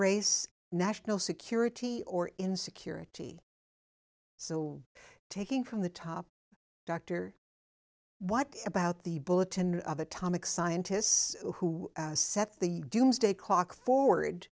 race national security or insecurity so taking from the top doctor what about the bulletin of atomic scientists who set the doomsday clock forward